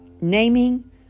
naming